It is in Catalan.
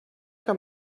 que